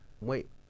wait